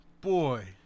Boy